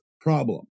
problem